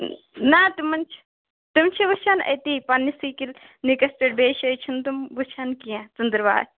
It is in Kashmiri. نہ تِمن چھُ تِم چھِ وُچھان أتی پَنِہٕ نِسٕے کِل کِلِنِکَس پیٚٹھ بیٚیہِ جایہِ چھِنہٕ تِم وُچھان کیٚنٛہہ ژٔنٛدٕر وار